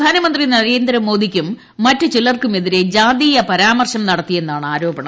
പ്രധാനമന്ത്രി നരേന്ദ്രമോദിക്കും മറ്റു ച്ചിൽർക്കുമെതിരെ ജാതീയ പരാമർശം നടത്തിയെന്നാണ് ആർോപീണം